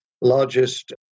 largest